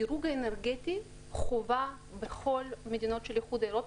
הדירוג האנרגטי חובה בכל מדינות האיחוד האירופאי.